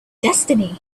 destiny